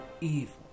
evil